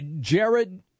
Jared